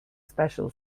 special